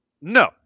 No